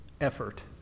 Effort